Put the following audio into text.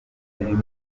zirimo